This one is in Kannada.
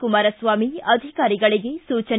ಕುಮಾರಸ್ವಾಮಿ ಅಧಿಕಾರಿಗಳಿಗೆ ಸೂಚನೆ